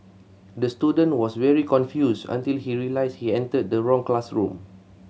the student was very confused until he realised he entered the wrong classroom